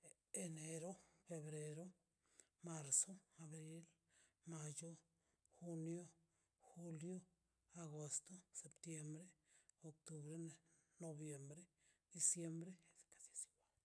Enero febrero marzo abril mayo junio julio agosto septiembre octubre noviembre diciembre